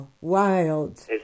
wild